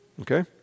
Okay